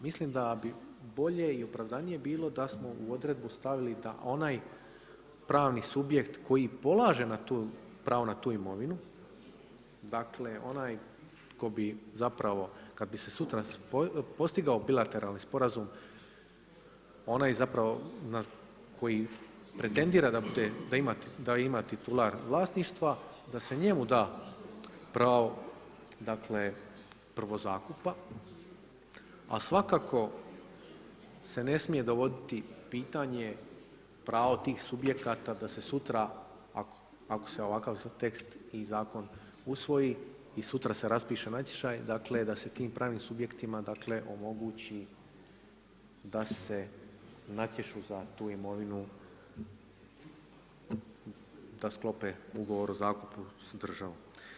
Mislim da bi bolje i opravdanije bilo, da smo u odredbu stavili, da onaj, pravni subjekt koji polaže pravo na tu imovinu, dakle, onaj tko bi zapravo, kada bi se sutra postigao bilateralni sporazum, onaj zapravo, koji pretendira da bude, da ima titular vlasništva, da se njemu da pravo dakle, prvo zakupa, a svakako, se ne smije dovoditi pitanje pravo tih subjekata da se sutra, ako se ovakav tekst i zakon usvoji i sutra se raspiše natječaj, dakle, da se tim pravnim subjektima omogući da se natječu za tu imovinu da sklope ugovor o zakupu s državom.